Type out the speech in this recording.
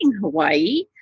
Hawaii